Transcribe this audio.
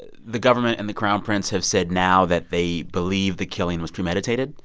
ah the government and the crown prince have said now that they believe the killing was premeditated.